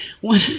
one